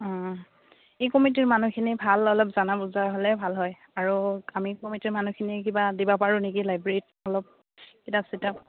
এই কমিটিৰ মানুহখিনি ভাল অলপ জানা বুজা হ'লে ভাল হয় আৰু আমি কমিটিৰ মানুহখিনি কিবা দিব পাৰোঁ নেকি লাইব্ৰেৰীত অলপ কিতাপ চিতাপ